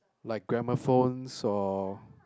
like gramophones or